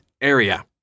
area